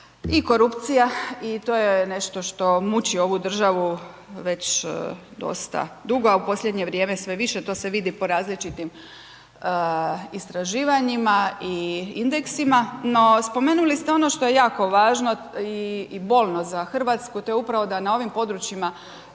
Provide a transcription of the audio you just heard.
i korupcija i to je nešto što muči ovu državu, već dosta dugo, a u posljednje vrijeme sve više, to se vidi po različitim istraživanjima i indeksima. No spomenuli ste ono što je jako važno i bolno za Hrvatsku, to je upravo da na ovim područjima,